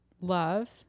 love